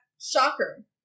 Shocker